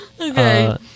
okay